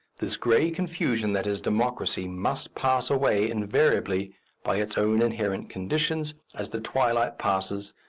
this grey confusion that is democracy must pass away inevitably by its own inherent conditions, as the twilight passes,